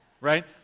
right